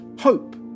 hope